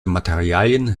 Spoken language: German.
materialien